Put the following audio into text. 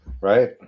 right